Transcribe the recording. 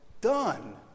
done